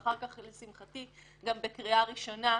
ואחר כך לשמחתי גם בקריאה ראשונה,